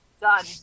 done